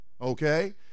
Okay